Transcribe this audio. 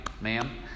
ma'am